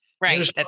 Right